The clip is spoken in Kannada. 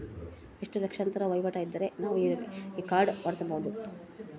ಎಷ್ಟು ಲಕ್ಷಾಂತರ ವಹಿವಾಟು ಇದ್ದರೆ ನಾವು ಈ ಕಾರ್ಡ್ ಮಾಡಿಸಬಹುದು?